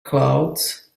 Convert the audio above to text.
clouds